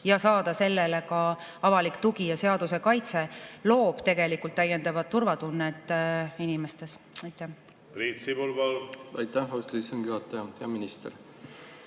ja saada sellele ka avalik tugi ja seaduse kaitse loob tegelikult täiendavat turvatunnet inimestes.